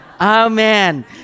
Amen